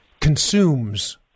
consumes